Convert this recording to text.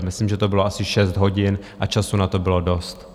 Myslím, že to bylo asi šest hodin a času na to bylo dost.